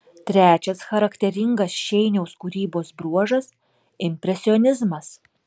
trečias charakteringas šeiniaus kūrybos bruožas impresionizmas